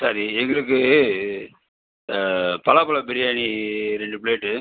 சரி எங்களுக்கு பலாப்பழ பிரியாணி ரெண்டு ப்ளேட்டு